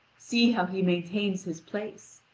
see how he maintains his place,